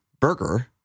burger